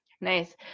Nice